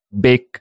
big